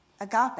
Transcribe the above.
agape